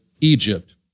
Egypt